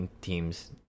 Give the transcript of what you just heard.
teams